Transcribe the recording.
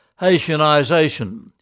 Haitianization